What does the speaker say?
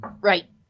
Right